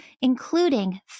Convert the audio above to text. including